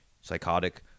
psychotic